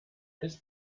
ist